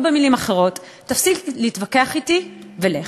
או במילים אחרות: תפסיק להתווכח אתי, ולך.